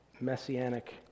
messianic